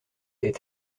est